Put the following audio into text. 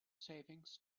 savings